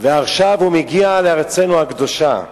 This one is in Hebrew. ועכשיו הוא מגיע לארצנו הקדושה.